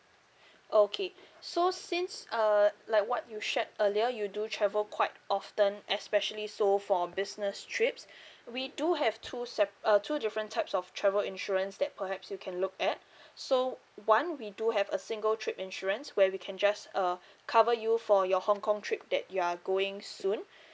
okay so since uh like what you shared earlier you do travel quite often especially so for business trips we do have two sep~ uh two different types of travel insurance that perhaps you can look at so one we do have a single trip insurance where we can just uh cover you for your hong kong trip that you are going soon